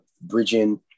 bridging